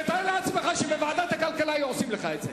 תתאר לעצמך שבוועדת הכלכלה היו עושים לך את זה.